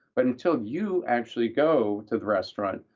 but until you actually go to the restaurant,